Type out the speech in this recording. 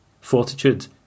fortitude